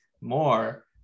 more